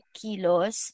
kilos